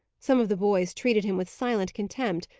some of the boys treated him with silent contempt,